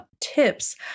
tips